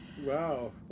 Wow